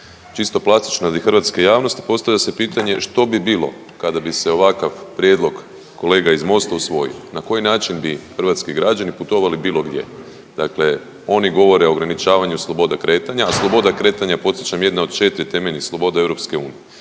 Čisto plastično radi hrvatske javnosti postavlja se pitanje što bi bilo kada bi se ovakav prijedlog kolega iz MOST-a usvojio. Na koji način bi hrvatski građani putovali bilo gdje? Dakle, oni govore o ograničavanju slobode kretanja, a sloboda kretanja podsjećam je jedna od 4 temeljnih sloboda EU.